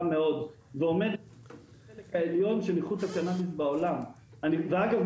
מאוד ועומדת בחלק העליון של איכות הקנאביס בעולם ואגב,